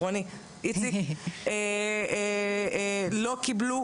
איציק לא קיבל.